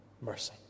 mercy